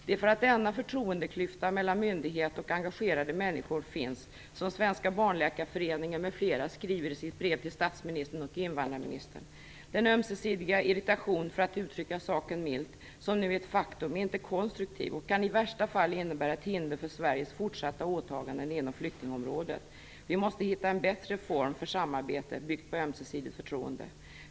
Det är för att denna förtroendeklyfta mellan myndighet och engagerade människor finns som Svenska barnläkarföreningen m.fl. skriver i sitt brev till statsministern och invandrarministern: "Den ömsesidiga irritation som nu är ett faktum är inte konstruktiv och kan i värsta fall innebära ett hinder för Sveriges fortsatta åtaganden inom flyktingområdet. Vi måste hitta en bättre form för samarbete byggt på ömsesidigt förtroende.